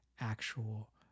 actual